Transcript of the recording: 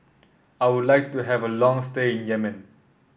I would like to have a long stay in Yemen